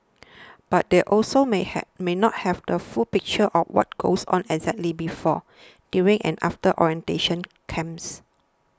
but they also may have may not have the full picture of what goes on exactly before during and after orientation camps